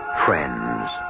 Friends